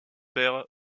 père